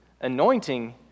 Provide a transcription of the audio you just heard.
anointing